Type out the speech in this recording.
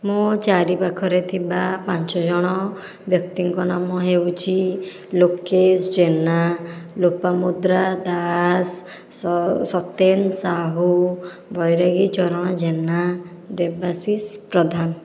ମୋ ଚାରି ପାଖରେ ଥିବା ପାଞ୍ଚ ଜଣ ବ୍ୟକ୍ତିଙ୍କ ନାମ ହେଉଛି ଲୋକେଶ ଜେନା ଲୋପାମୁଦ୍ରା ଦାଶ ସତେନ ସାହୁ ବୈରାଗୀ ଚରଣ ଜେନା ଦେବାଶୀଶ ପ୍ରଧାନ